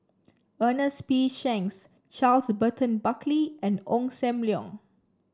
Ernest P Shanks Charles Burton Buckley and Ong Sam Leong